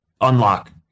unlock